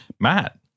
Matt